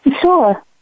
Sure